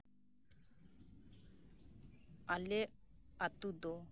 ᱟᱞᱮ ᱟᱛᱳ ᱫᱚ